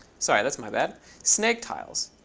sorry, that's my bad, snake tiles.